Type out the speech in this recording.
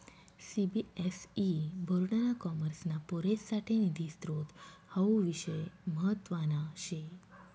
CBSE board ना कॉमर्सना पोरेससाठे निधी स्त्रोत हावू विषय म्हतवाना शे